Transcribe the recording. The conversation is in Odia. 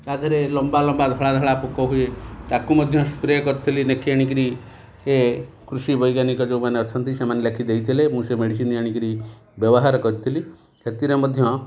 ତାଧିଅରେ ଲମ୍ବା ଲମ୍ବା ଧଳା ଧଳା ପୋକ ହୁଏ ତାକୁ ମଧ୍ୟ ସ୍ପ୍ରେ କରିଥିଲି ଲେଖି ଆଣିକିରି କୃଷି ବୈଜ୍ଞାନିକ ଯେଉଁମାନେ ଅଛନ୍ତି ସେମାନେ ଲେଖି ଦେଇଥିଲେ ମୁଁ ସେ ମେଡ଼ିସିନ ଆଣିକିରି ବ୍ୟବହାର କରିଥିଲି ସେଥିରେ ମଧ୍ୟ